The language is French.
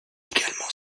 également